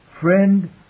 Friend